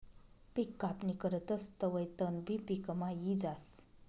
पिक कापणी करतस तवंय तणबी पिकमा यी जास